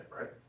right